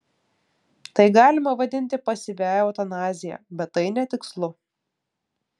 tai galima vadinti pasyviąja eutanazija bet tai netikslu